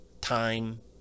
time